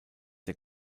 der